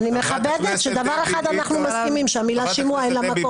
אני מכבדת שעל דבר אחד אנחנו מסכימים שלמילה "שימוע" אין מקום.